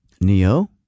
Neo